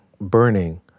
burning